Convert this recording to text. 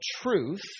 truth